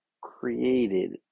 Created